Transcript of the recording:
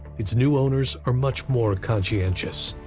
its new owners are much more conscientious.